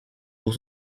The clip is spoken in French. pour